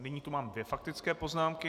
Nyní tu mám dvě faktické poznámky.